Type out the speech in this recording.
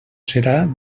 serà